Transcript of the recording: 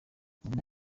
nyina